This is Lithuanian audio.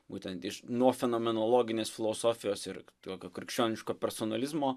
būtent nuo fenomenologinės filosofijos ir tokio krikščioniško personalizmo